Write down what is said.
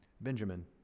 Benjamin